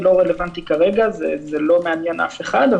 זה לא מעניין אף אחד,